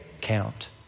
count